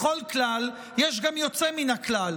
לכל כלל יש גם יוצא מן הכלל,